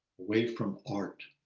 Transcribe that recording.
away from art.